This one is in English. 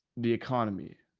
the economy,